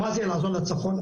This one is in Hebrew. מה זה לעזור לצפון?